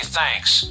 thanks